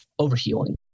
overhealing